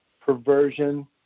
perversion